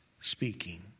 speaking